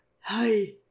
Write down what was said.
Hi